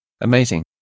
Amazing